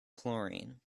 chlorine